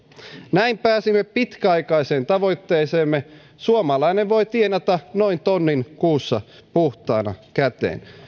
näin pääsimme pitkäaikaiseen tavoitteeseemme suomalainen voi tienata noin tonnin kuussa puhtaana käteen